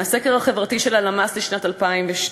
מהסקר החברתי של הלמ"ס לשנת 2012,